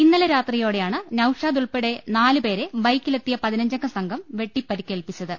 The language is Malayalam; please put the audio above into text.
ഇന്നലെ രാത്രിയോടെയാണ് നൌഷാദ് ഉൾപ്പെടെ നാലുപേരെ ബൈക്കിലെത്തിയ പതിനഞ്ചംഗ സംഘം വെട്ടിപ്പരിക്കേൽപ്പിച്ചത്